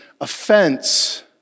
offense